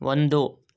ಒಂದು